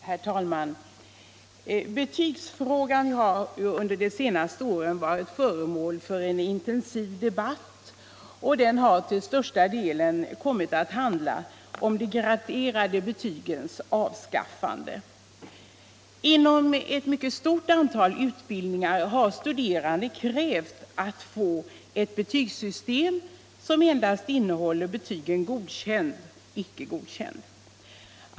Herr talman! Betygsfrågan har under de senaste åren varit föremål för en intensiv debatt, och den har till största delen kommit att handla om de graderade betygens avskaffande. Inom ett mycket stort antal utbildningar har studerande krävt att få ett betygssystem som endast innehåller betygen godkänd och icke godkänd.